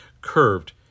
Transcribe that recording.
Curved